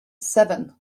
seven